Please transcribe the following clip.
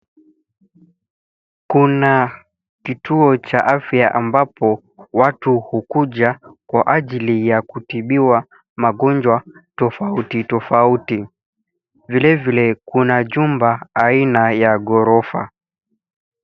Kuna kituo cha afya ambapo watu hukuja kwa ajili ya kutibiwa magonjwa tofauti tofauti. Vilevile kuna jumba aina ya ghorofa.